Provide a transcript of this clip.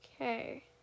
Okay